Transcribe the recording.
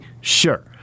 Sure